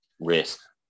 Risk